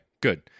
good